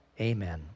amen